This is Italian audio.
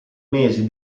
mesi